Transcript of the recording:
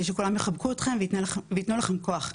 כדי שכולם יחבקו אתכם ויתנו לכם כוח.